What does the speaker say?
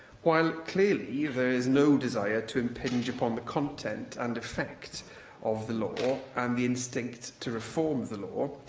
while, clearly, there is no desire to impinge upon the content and effect of the law, and the instinct to reform the law,